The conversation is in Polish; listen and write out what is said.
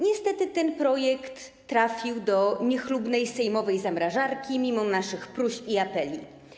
Niestety ten projekt trafił do niechlubnej sejmowej zamrażarki, mimo naszych próśb i apeli.